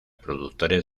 productores